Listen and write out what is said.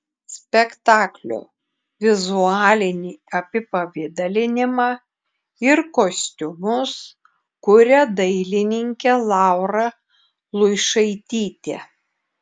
spektaklio vizualinį apipavidalinimą ir kostiumus kuria dailininkė laura luišaitytė